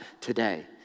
today